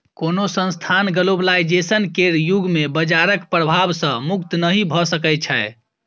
कोनो संस्थान ग्लोबलाइजेशन केर युग मे बजारक प्रभाव सँ मुक्त नहि भऽ सकै छै